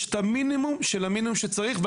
יש את המינימום של המינימום שצריך.